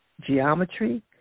geometry